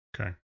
Okay